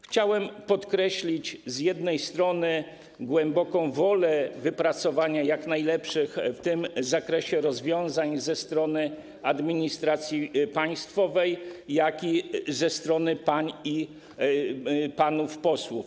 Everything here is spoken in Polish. Chciałem podkreślić z jednej strony głęboką wolę wypracowania jak najlepszych w tym zakresie rozwiązań ze strony administracji państwowej, jak i ze strony pań i panów posłów.